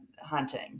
hunting